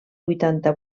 vuitanta